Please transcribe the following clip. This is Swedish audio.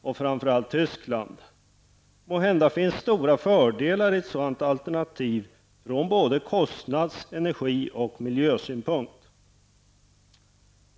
och framför allt Tyskland. Måhända finns stora fördelar i ett sådant alternativ från både kostnads-, energi och miljösynpunkt.